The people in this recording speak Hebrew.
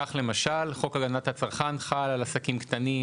כך למשל, חוק הגנת הצרכן חל על עסקים קטנים